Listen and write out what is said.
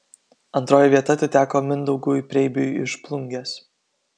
antroji vieta atiteko mindaugui preibiui iš plungės